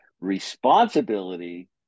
responsibility